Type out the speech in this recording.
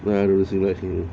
no I don't sing like him